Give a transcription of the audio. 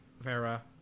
Vera